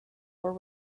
were